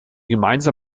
gemeinsam